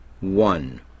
one